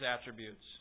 attributes